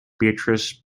beatrice